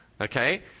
Okay